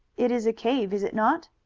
it is a cave, is it not?